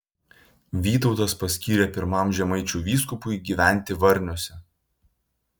vytautas paskyrė pirmam žemaičių vyskupui gyventi varniuose